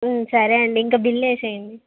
సరే అండి ఇంక బిల్లు వెసెయ్యండి